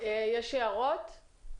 יש הערות?